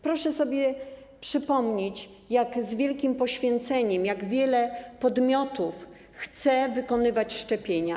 Proszę sobie przypomnieć, z jak wielkim poświęceniem jak wiele podmiotów chce wykonywać szczepienia.